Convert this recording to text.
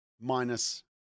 Minus